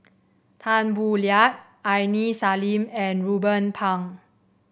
Tan Boo Liat Aini Salim and Ruben Pang